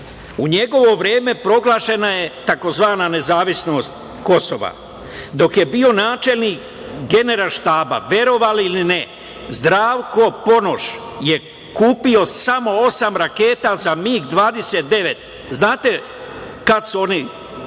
njegovo vreme proglašena je tzv. nezavisnost Kosova. Dok je bio načelnik Generalštaba, verovali ili ne, Zdravko Ponoš je kupio samo osam raketa za MIG-29. Znate li kad su oni